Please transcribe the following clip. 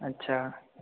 अच्छा